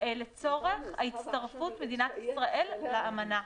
לצורך הצטרפות מדינת ישראל לאמנה.